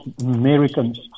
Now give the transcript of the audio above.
Americans